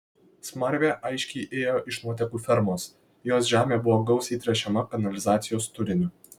smarvė aiškiai ėjo iš nuotėkų fermos jos žemė buvo gausiai tręšiama kanalizacijos turiniu